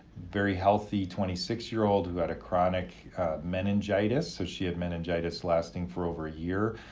very healthy twenty six year old who had a chronic meningitis, so she had meningitis lasting for over a year.